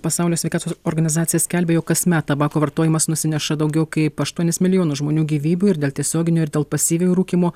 pasaulio sveikatos organizacija skelbia jog kasmet tabako vartojimas nusineša daugiau kaip aštuonis milijonus žmonių gyvybių ir dėl tiesioginio ir dėl pasyviojo rūkymo